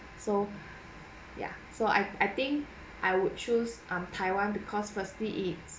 so ya so I I think I would choose um taiwan because firstly its